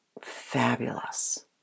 fabulous